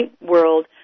world